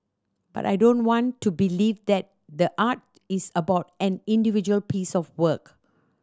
but I don't want to believe that the art is about an individual piece of work